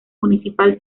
municipal